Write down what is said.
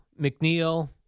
McNeil